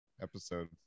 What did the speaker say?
episode